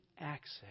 access